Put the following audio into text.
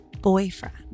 boyfriend